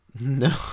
No